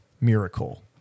miracle